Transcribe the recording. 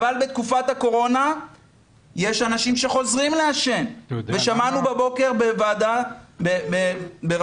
אבל בתקופת הקורונה יש אנשים שחוזרים לעשן ושמענו בבוקר בוועדה בראשות